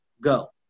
go